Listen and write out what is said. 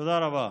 תודה רבה.